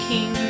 King